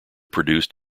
produced